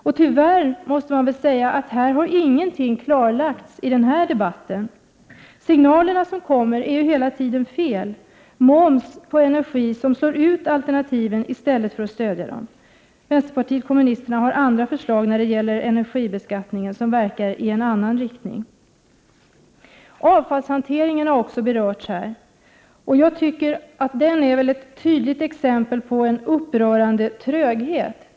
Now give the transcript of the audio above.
Och tyvärr, måste man väl säga, har ingenting klarlagts i den här debatten. De signaler som kommer är ju hela tiden felaktiga: moms på energi som slår ut alternativen i stället för att stödja dem. Vänsterpartiet kommunisterna har andra förslag när det gäller energibeskattningen, som verkar i en annan riktning. Avfallshanteringen har också berörts här. Jag tycker att den är ett tydligt exempel på en upprörande tröghet.